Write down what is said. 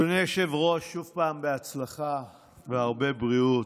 אדוני היושב-ראש, שוב, בהצלחה והרבה בריאות.